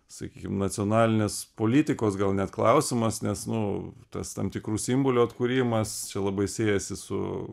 sakykim nacionalinės politikos gal net klausimas nes nu tas tam tikrų simbolių atkūrimas labai siejasi su